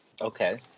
Okay